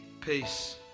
peace